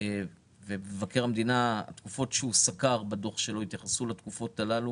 והתקופות שמבקר המדינה סקר בדוח שלו התייחסו לתקופות הללו